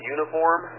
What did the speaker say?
Uniform